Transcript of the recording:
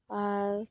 ᱟᱨ